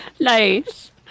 nice